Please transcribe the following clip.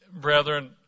Brethren